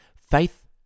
Faith